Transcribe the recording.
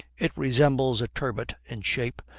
it resembles a turbot in shape,